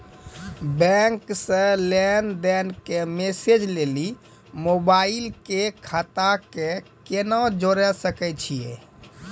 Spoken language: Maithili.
बैंक से लेंन देंन के मैसेज लेली मोबाइल के खाता के केना जोड़े सकय छियै?